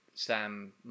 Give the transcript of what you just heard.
Sam